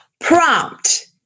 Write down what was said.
Prompt